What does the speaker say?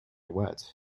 wet